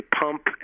pump